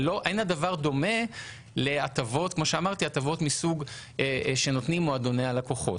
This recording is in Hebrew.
אין הדבר דומה להטבות מסוג שנותנים מועדוני הלקוחות.